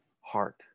heart